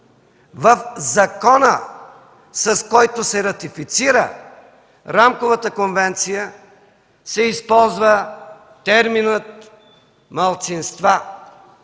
в закона, с който се ратифицира рамковата конвенция, се използва терминът „малцинства”.